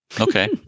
Okay